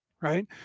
Right